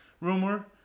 rumor